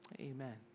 Amen